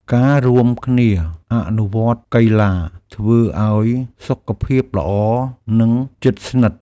ការរួមគ្នាអនុវត្តកីឡាធ្វើឱ្យសុខភាពល្អនិងជិតស្និទ្ធ។